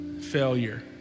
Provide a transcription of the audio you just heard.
failure